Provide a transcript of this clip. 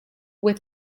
with